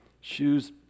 shoes